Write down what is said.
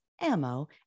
ammo